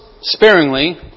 sparingly